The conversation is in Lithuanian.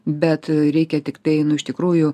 bet reikia tiktai nu iš tikrųjų